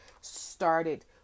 started